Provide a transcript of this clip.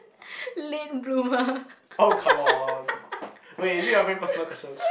late bloomer